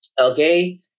Okay